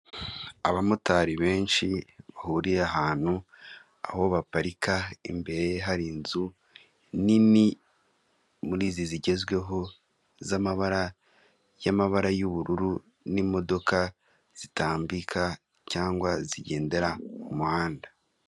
Abamotari benshi bahuriye ahantu aho baparika, imbere hari inzu nini muri izi zigezweho z'amabara y'amabara y'ubururu n'imodoka zitambika cyangwa zigendera mu muhanda.